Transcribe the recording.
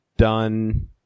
done